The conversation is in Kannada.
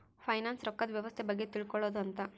ಫೈನಾಂಶ್ ರೊಕ್ಕದ್ ವ್ಯವಸ್ತೆ ಬಗ್ಗೆ ತಿಳ್ಕೊಳೋದು ಅಂತ